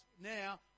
now